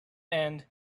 and